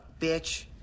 bitch